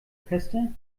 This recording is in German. orchester